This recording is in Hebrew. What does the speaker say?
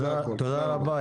תודה רבה.